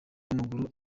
w’amaguru